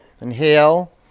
inhale